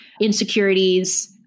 insecurities